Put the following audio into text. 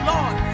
Lord